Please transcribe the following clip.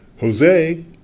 Jose